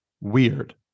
WEIRD